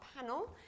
panel